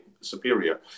superior